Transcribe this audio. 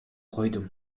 койдум